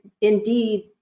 indeed